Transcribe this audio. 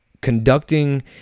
conducting